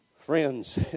Friends